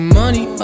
money